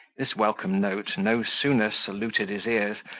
this welcome note no sooner saluted his ears,